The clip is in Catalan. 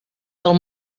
del